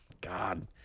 God